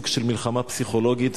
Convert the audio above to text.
סוג של מלחמה פסיכולוגית,